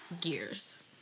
gears